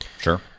Sure